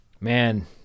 man